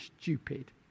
stupid